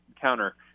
counter